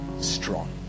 strong